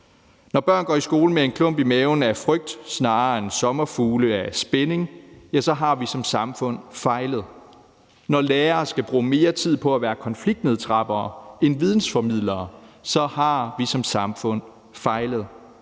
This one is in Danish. Når børn går i skole med en klump i maven af frygt, snarere end sommerfugle af spænding, så har vi som samfund fejlet; når lærere skal bruge mere tid på at være konfliktnedtrappere end vidensformidlere, så har vi som samfund fejlet;